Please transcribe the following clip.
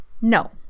no